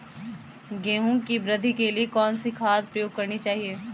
गेहूँ की वृद्धि के लिए कौनसी खाद प्रयोग करनी चाहिए?